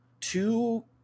two